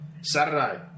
Saturday